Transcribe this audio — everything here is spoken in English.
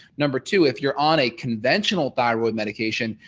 number two, if you're on a conventional thyroid medication,